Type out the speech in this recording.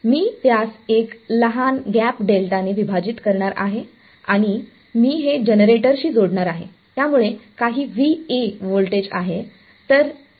मी त्यास एका लहान गॅप डेल्टाने विभाजित करणार आहे आणि मी हे जनरेटरशी जोडणार आहे ज्यामुळे काही व्होल्टेज आहे